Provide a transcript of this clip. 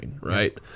right